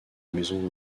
maison